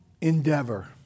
endeavor